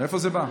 מאיפה זה בא?